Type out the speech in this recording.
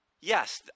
yes